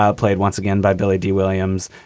ah played once again by billy dee williams.